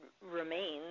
remains